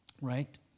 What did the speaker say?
right